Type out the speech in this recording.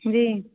जी